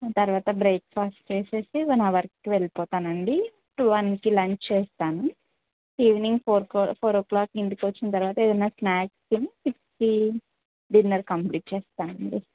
తర్వాత breakfast చేసేసి one అవర్కి వెళ్ళిపోతానండి టువల్వ్కి లంచ్ చేస్తాను evening four four o'clock ఇంటికి వచ్చిన తర్వాత ఏదన్నా స్నాక్స్ని సిక్స్కి డిన్నర్ కంప్లీట్ చేస్తానండి